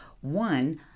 One